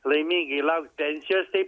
laimingai laukt pensijos taip